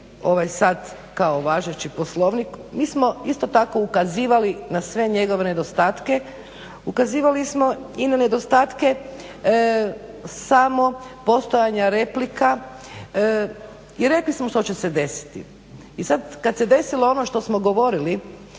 ovaj sad kao važeći Poslovnik mi smo isto tako ukazivali na sve njegove nedostatke, ukazivali smo i na nedostatke samo postojanja replika i rekli smo što će se desiti. I sad kad se desilo ono što smo govorili